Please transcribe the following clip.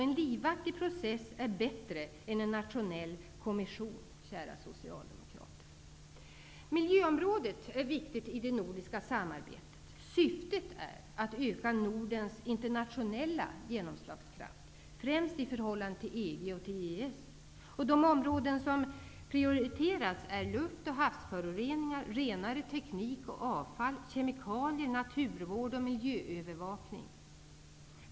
En livaktig process är bättre än en nationell konvention, kära socialdemokrater. Miljöområdet är viktigt i det nordiska samarbetet. Syftet är att öka Nordens internationella genomslagskraft, främst i förhållande till EG och EES. De områden som prioriteras är luft och havsföroreningar, renare teknik och avfall, kemikalier, naturvård och miljöövervakning.